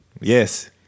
Yes